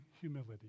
humility